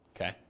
Okay